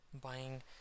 buying